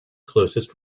closest